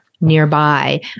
nearby